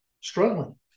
struggling